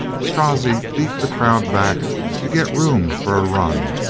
strozzi beat the crowd back to get room for a run,